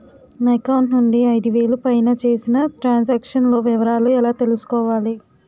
నా అకౌంట్ నుండి ఐదు వేలు పైన చేసిన త్రం సాంక్షన్ లో వివరాలు ఎలా తెలుసుకోవాలి?